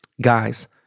Guys